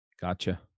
Gotcha